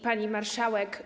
Pani Marszałek!